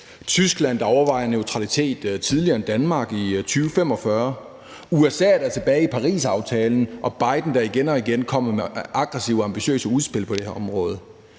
Tyskland, der overvejer neutralitet tidligere end Danmark, i 2045, USA er tilbage i Parisaftalen, og Biden kommer igen og igen med aggressive, ambitiøse udspil på det her område.